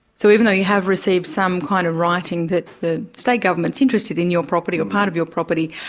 so even though you have received some kind of writing that the state government's interested in your property, or part of your property,